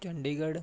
Chandigarh